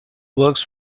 works